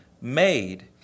made